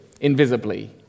invisibly